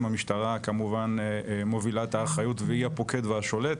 המשטרה כמובן מובילה את האחריות והיא הפוקד והשולט,